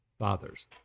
fathers